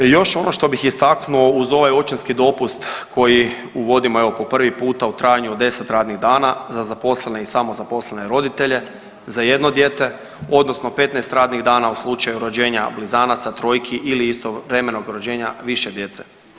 Još ono što bih istaknuo uz ovaj očinski dopust koji uvodimo evo po prvi puta u trajanju od 10 radnih dana za zaposlene i samozaposlene roditelje za jedno dijete odnosno 15 radnih dana u slučaju rođenja blizanaca, trojki ili istovremenog rođenja više djece.